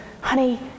Honey